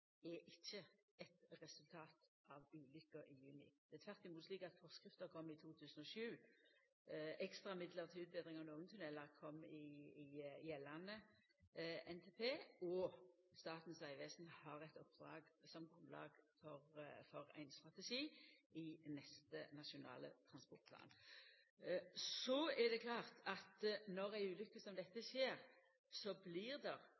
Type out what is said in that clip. er ikkje eit resultat av ulukka i juni. Det er tvert imot slik at forskrifta kom i 2007. Ekstra midlar til utbetring av nokre tunnelar kom i gjeldande NTP, og Statens vegvesen har eit oppdrag som grunnlag for ein strategi i neste Nasjonal transportplan. Så er det klart at når ei ulukke som dette skjer, blir det